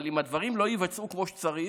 אבל אם הדברים לא ייווצרו כמו שצריך,